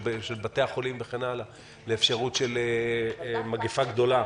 של בתי החולים וכן הלאה לאפשרות של מגפה גדולה,